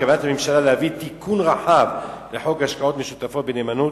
בכוונת הממשלה להביא תיקון רחב לחוק השקעות משותפות בנאמנות,